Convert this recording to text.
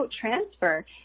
transfer